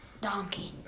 Donkey